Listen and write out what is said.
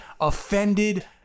offended